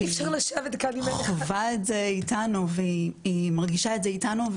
שהיא חווה את זה איתנו והיא מרגישה את זה איתנו,